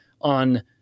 on